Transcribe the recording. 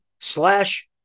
slash